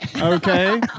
okay